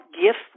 gift